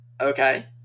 Okay